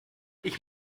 ich